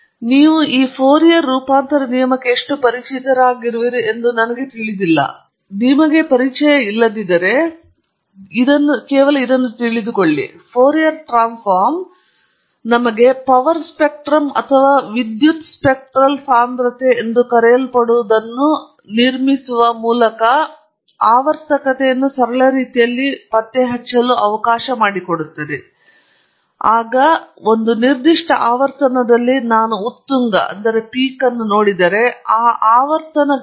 ನೀವು ಎಷ್ಟು ಪರಿಚಿತರಾಗಿರುವಿರಿ ಎಂದು ನನಗೆ ಗೊತ್ತಿಲ್ಲ ಆದರೆ ನೀವು ಇಲ್ಲದಿದ್ದರೆ ಫೋರಿಯರ್ ಟ್ರಾನ್ಸ್ಫಾರ್ಮ್ಸ್ ಪವರ್ ಸ್ಪೆಕ್ಟ್ರಮ್ ಅಥವಾ ವಿದ್ಯುತ್ ಸ್ಪೆಕ್ಟ್ರಲ್ ಸಾಂದ್ರತೆ ಎಂದು ಕರೆಯಲ್ಪಡುವದನ್ನು ನಿರ್ಮಿಸುವ ಮೂಲಕ ಆವರ್ತಕತೆಯನ್ನು ಸರಳ ರೀತಿಯಲ್ಲಿ ಪತ್ತೆಹಚ್ಚಲು ನಮಗೆ ಅವಕಾಶ ಮಾಡಿಕೊಡುತ್ತದೆ ಅಲ್ಲಿ ನೀವು ಕೊಡುಗೆಗಳನ್ನು ವಿಶ್ಲೇಷಿಸುವ ಸಿಗ್ನಲ್ನ ಒಟ್ಟು ಶಕ್ತಿಗೆ ವಿವಿಧ ಆವರ್ತನದ ಘಟಕಗಳ